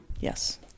Yes